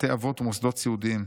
בתי אבות ומוסדות סיעודיים.